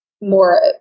more